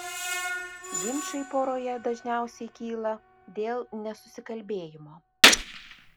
ginčai poroje dažniausiai kyla dėl nesusikalbėjimo